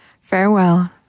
Farewell